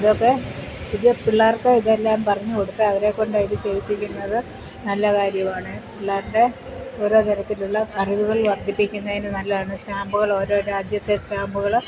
ഇതൊക്കെ പുതിയ പിള്ളേർക്ക് ഇതെല്ലാം പറഞ്ഞുകൊടുത്ത് അവരെക്കൊണ്ട് ഇത് ചെയ്യിപ്പിക്കുന്നത് നല്ല കാര്യമാണ് പിള്ളേരുടെ ഓരോ തരത്തിലുള്ള അറിവുകൾ വർധിപ്പിക്കുന്നതിനു നല്ലതാണ് സ്റ്റാമ്പുകളോരോ രാജ്യത്തെ സ്റ്റാമ്പുകൾ